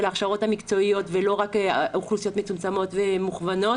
הכשרות מקצועיות ולא רק אוכלוסיות מצומצמות ומוכוונות